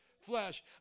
flesh